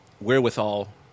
wherewithal